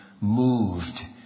moved